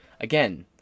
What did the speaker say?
Again